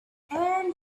and